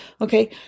Okay